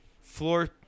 Floor